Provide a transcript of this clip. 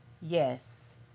Yes